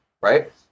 right